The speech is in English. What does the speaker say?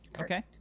Okay